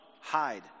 hide